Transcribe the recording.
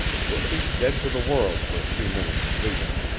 you'll be dead to the world for a few minutes at least!